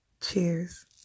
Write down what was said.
Cheers